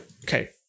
okay